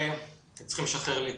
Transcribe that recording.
אני